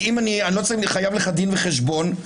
אני לא חייב לך דין וחשבון,